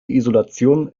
isolation